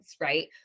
right